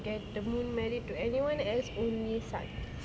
get the moon married to anyone else only sun